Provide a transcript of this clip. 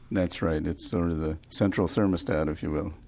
that's right, it's sort of the central thermostat if you will.